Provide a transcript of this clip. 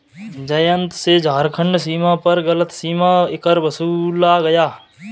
जयंत से झारखंड सीमा पर गलत सीमा कर वसूला गया